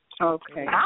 Okay